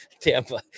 tampa